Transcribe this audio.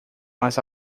mas